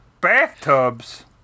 Bathtubs